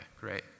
great